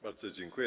Bardzo dziękuję.